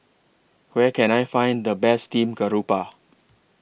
Where Can I Find The Best Steamed Garoupa